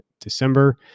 December